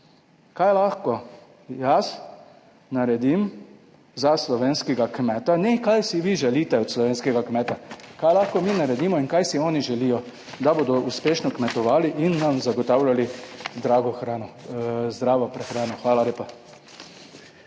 kaj lahko jaz naredim za slovenskega kmeta, ne kaj si vi želite od slovenskega kmeta? Kaj lahko mi naredimo in kaj si oni želijo, da bodo uspešno kmetovali in nam zagotavljali zdravo prehrano? Hvala lepa.